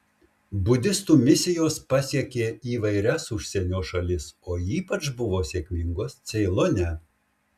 budistų misijos pasiekė įvairias užsienio šalis o ypač buvo sėkmingos ceilone